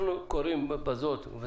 קוראים בזאת לשר האוצר,